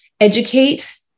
educate